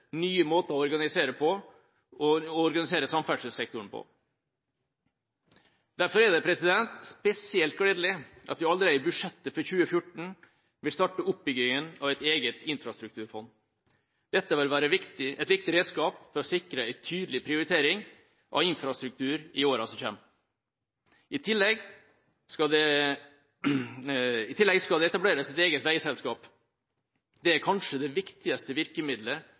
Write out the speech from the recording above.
nye virkemidler, nye måter å organisere samferdselssektoren på. Derfor er det spesielt gledelig at vi allerede i budsjettet for 2014 vil starte oppbyggingen av et eget infrastrukturfond. Dette vil være et viktig redskap for å sikre en tydelig prioritering av infrastruktur i årene som kommer. I tillegg skal det etableres et eget veiselskap. Det er kanskje det viktigste virkemiddelet